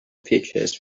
features